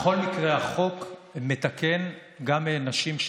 בכל מקרה החוק מתקן גם לנשים,